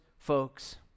folks